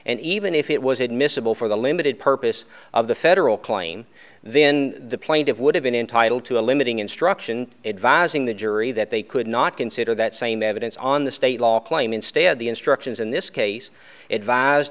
and even if it was admissible for the limited purpose of the federal claim then the plaintiff would have been entitled to a limiting instruction advising the jury that they could not consider that same evidence on the state law claim instead the instructions in this case advise